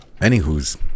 anywho's